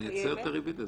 נעצרת הריבית?